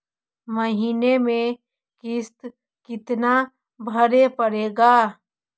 महीने में किस्त कितना भरें पड़ेगा?